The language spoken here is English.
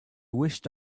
wished